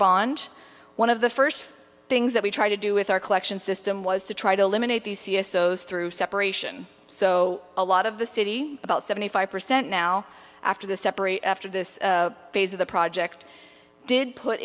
bond one of the first things that we try to do with our collection system was to try to eliminate the through separation so a lot of the city about seventy five percent now after the separate after this phase of the project did put